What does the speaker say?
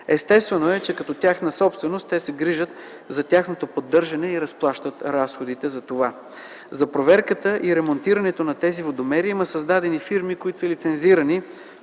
Естествено е, че като тяхна собственост те се грижат за тяхното поддържане и разплащат разходите за това. За проверката и ремонтирането на тези водомери има създадени фирми, които са лицензирани